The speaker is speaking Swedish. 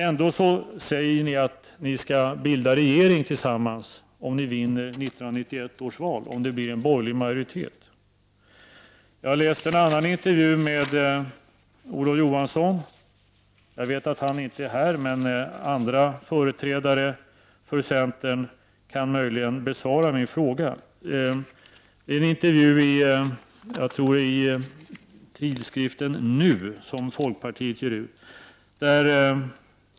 Ändå säger ni att ni skall bilda regering tillsammans, om det blir en borgerlig majoritet i 1991 års val. Jag har läst en intervju med Olof Johansson. Jag vet att han inte är här, men andra företrädare för centern kan möjligen besvara min fråga. Det är en intervju i tidskriften Nu, tror jag, som folkpartiet ger ut.